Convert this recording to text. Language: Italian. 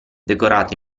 decorato